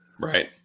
Right